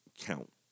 count